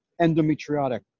endometriotic